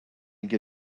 get